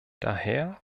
daher